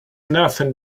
nothing